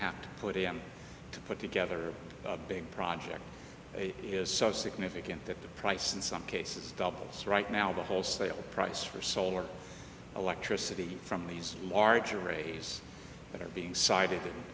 have to put him to put together a big project is so significant that the price in some cases doubles right now the wholesale price for solar electricity from these marginal rays that are being cited